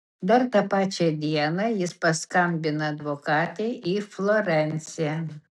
dar tą pačią dieną jis paskambina advokatei į florenciją